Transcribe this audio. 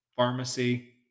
pharmacy